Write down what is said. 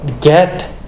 get